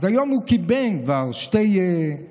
אז היום הוא כבר קיבל שני חברים,